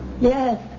Yes